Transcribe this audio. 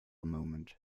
moment